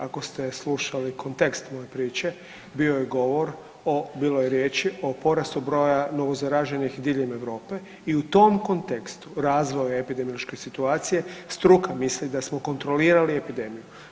Ako ste slušali kontekst moje priče bio je govor, bilo je riječi o porastu broja novo zaraženih diljem Europe i u tom kontekstu razvoja epidemiološke situacije struka misli da smo kontrolirali epidemiju.